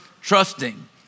trusting